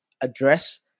address